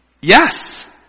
Yes